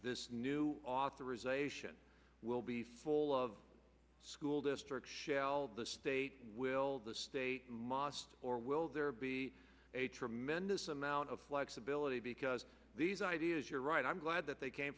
this new authorization will be full of school district shall the state will the state must or will there be a tremendous amount of flexibility because these ideas you're right i'm glad that they came